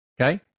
Okay